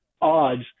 odds